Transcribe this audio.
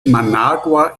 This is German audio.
managua